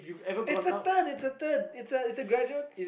it's a turn it's a turn it's a it's a gradual